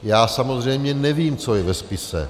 Já samozřejmě nevím, co je ve spise.